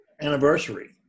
anniversary